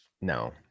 No